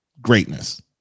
greatness